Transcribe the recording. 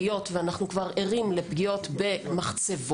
היות ואנחנו כבר ערים לפגיעות במחצבות.